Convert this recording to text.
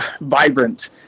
vibrant